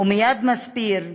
ומייד מסביר שוודאי,